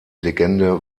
legende